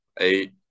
eight